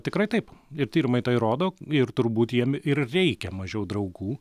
tikrai taip ir tyrimai tą įrodo ir turbūt jiem ir reikia mažiau draugų